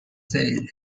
sale